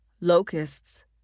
Locusts